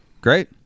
great